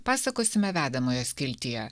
pasakosime vedamojo skiltyje